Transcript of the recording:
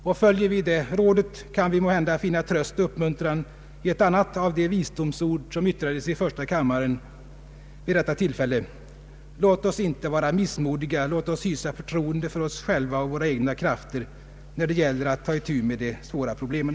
Och följer vi det rådet, kan vi måhända finna tröst och uppmuntran i ett annat av de visdomsord som yttrades i första kammaren vid detta tillfälle: Låt oss inte vara missmodiga, låt oss hysa förtroende för oss själva och våra egna krafter, när det gäller att ta itu med de svåra problemen.